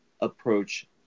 approach